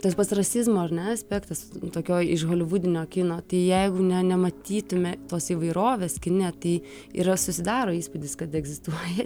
tas pats rasizmo ar ne aspektas tokioj iš holivudinio kino jeigu ne nematytume tos įvairovės kine tai yra susidaro įspūdis kad egzistuoja